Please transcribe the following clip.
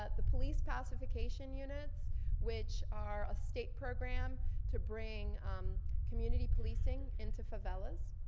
ah the police pacification units which are a state program to bring community policing into favelas.